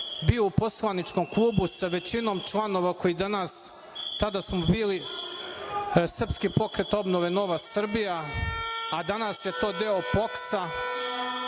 bio u poslaničkom klubu sa većinom članova koji danas… Tada smo bili Srpski pokret obnove – Nova Srbija, a danas je to deo POKS-a,